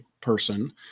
person